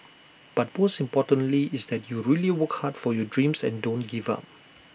but most importantly is that you really work hard for your dreams and don't give up